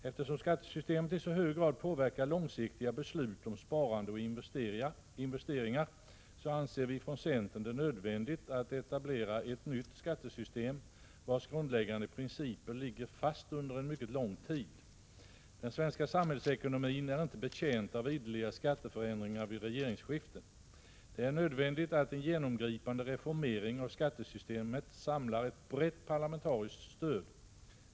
Eftersom skattesystemet i så hög grad påverkar långsiktiga beslut om sparande och investeringar anser vi från centern det nödvändigt att etablera ett nytt skattesystem, vars grundläggande principer ligger fast under en mycket lång tid. Den svenska samhällsekonomin är inte betjänt av ideliga skatteförändringar vid regeringsskiften. Det är nödvändigt att en genomgripande reformering av skattesystemet samlar ett brett parlamentariskt stöd.